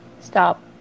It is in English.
Stop